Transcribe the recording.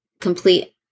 complete